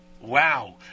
Wow